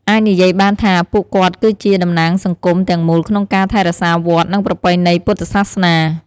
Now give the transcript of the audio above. អាចនិយាយបានថា ពួកគាត់គឺជា តំណាងសង្គម ទាំងមូលក្នុងការ ថែរក្សាវត្ត និងប្រពៃណីពុទ្ធសាសនា។